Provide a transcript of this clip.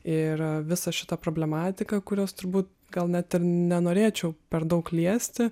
ir visą šitą problematiką kurios turbūt gal net ir nenorėčiau per daug liesti